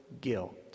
guilt